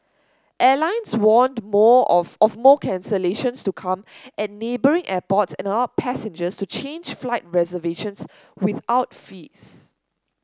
airlines warned more of of more cancellations to come at neighbouring airports and allowed passengers to change flight reservations without fees